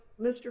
Mr